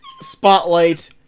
spotlight